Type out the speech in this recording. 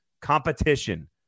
competition